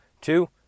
Two